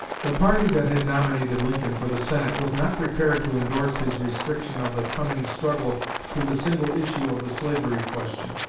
the party that had nominated lincoln for the senate was not prepared to endorse his restriction of the coming struggle to the single issue of the slavery question.